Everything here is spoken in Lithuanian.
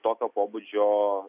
tokio pobūdžio